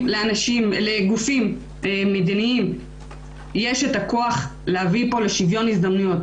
לגופים מדיניים יש את הכוח להביא פה לשוויון הזדמנויות.